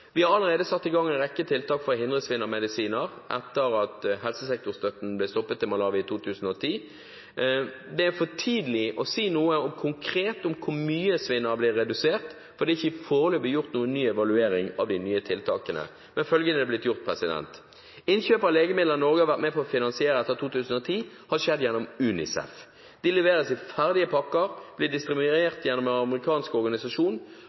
Vi har allerede satt i gang en rekke tiltak for å hindre svinn av medisiner etter at helsesektorstøtten til Malawi ble stoppet i 2010. Det er for tidlig å si noe konkret om hvor mye svinnet har blitt redusert, for det er foreløpig ikke gjort noen ny evaluering av de nye tiltakene. Men følgende er blitt gjort: Innkjøp av legemidler Norge har vært med på å finansiere etter 2010, har skjedd gjennom UNICEF. De leveres i ferdige pakker, blir distribuert gjennom en amerikansk organisasjon,